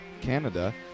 Canada